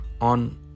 On